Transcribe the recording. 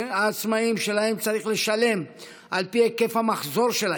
שלהם צריך לשלם על פי היקף המחזור שלהם,